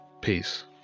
Peace